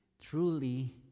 truly